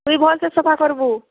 ତୁଇ ଭଲ୍ ସେ ସଫା କରବୁ